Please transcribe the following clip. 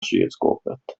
kylskåpet